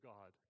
God